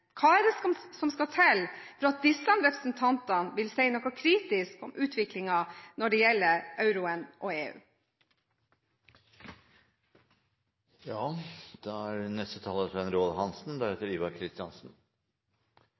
Hva er det som skal til for at disse representantene vil si noe kritisk om utviklingen når det gjelder euroen og EU? Debatten har avklart at det er